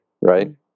right